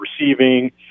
receiving